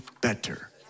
better